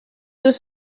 deux